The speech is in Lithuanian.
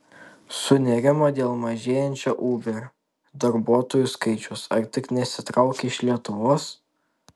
sunerimo dėl mažėjančio uber darbuotojų skaičiaus ar tik nesitraukia iš lietuvos